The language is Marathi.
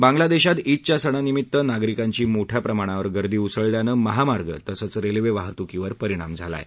बांग्लादेशात ईदच्या सणानिभित्त नागरिकांची मोठ्या प्रमाणावर गर्दी उसळल्यानं महामार्ग तसंच रेल्वे वाहतुकीवर परिणाम झाला आहे